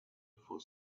for